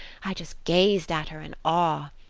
i just gazed at her in awe.